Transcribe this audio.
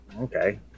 okay